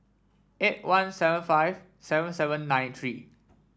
eight one seven five seven seven nine three